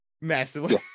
massively